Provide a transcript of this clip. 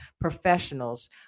professionals